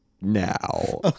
now